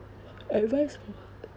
advice